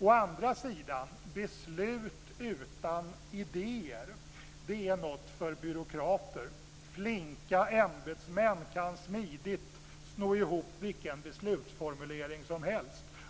Å andra sidan är beslut utan idéer något för byråkrater. Flinka ämbetsmän kan smidigt sno ihop vilken beslutsformulering som helst.